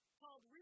called